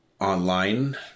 online